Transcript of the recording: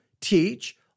teach